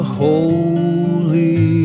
holy